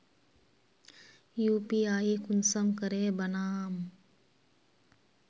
UPI कुंसम करे बनाम?